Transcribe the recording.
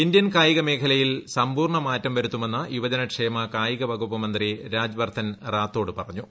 Indian കായികമേഖലയിൽ സമ്പൂർണ്ണ മാറ്റം വരുമെന്ന് യുവജനക്ഷേമ കായിക വകുപ്പ് മുന്തി രാജ് വർധൻ രാത്തോറ് പറഞ്ഞു